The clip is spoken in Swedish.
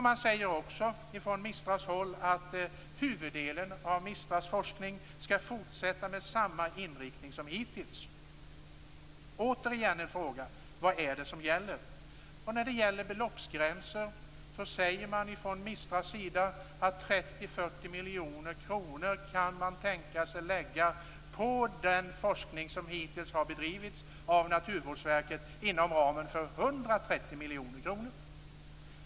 Man säger också från MISTRA:s håll att huvuddelen av MISTRA:s forskning skall fortsättas med samma inriktning som hittills. Vad är det som gäller? När det gäller beloppsgränser säger man från MISTRA:s sida att man kan tänka sig att lägga 30-40 miljoner kronor på den forskning som hittills har bedrivits av Naturvårdsverket inom ramen för 130 miljoner kronor.